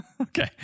Okay